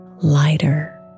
lighter